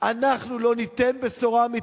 אנחנו לא ניתן בשורה אמיתית,